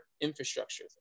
infrastructure